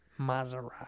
Maserati